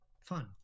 fun